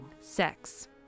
sex